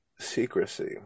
secrecy